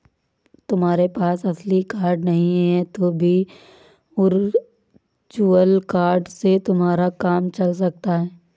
तुम्हारे पास असली कार्ड नहीं है तो भी वर्चुअल कार्ड से तुम्हारा काम चल सकता है